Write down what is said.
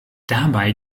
dabei